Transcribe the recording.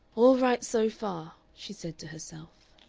all right so far, she said to herself.